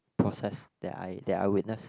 process that I that I witnessed